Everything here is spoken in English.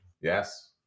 yes